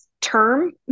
term